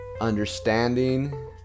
Understanding